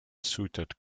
suited